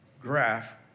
graph